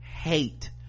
hate